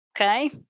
Okay